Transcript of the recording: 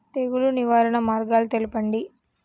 తెగులు నివారణ మార్గాలు తెలపండి?